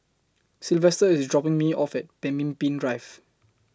Silvester IS dropping Me off At Pemimpin Drive